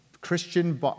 Christian